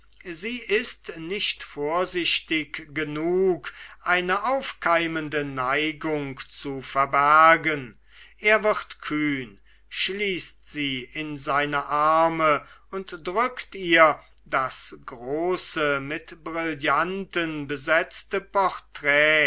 sie ist nicht vorsichtig genug eine aufkeimende neigung zu verbergen er wird kühn schließt sie in seine arme und drückt ihr das große mit brillanten besetzte porträt